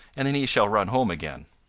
and then he shall run home again.